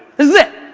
this is it!